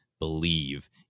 believe